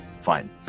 Fine